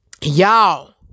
Y'all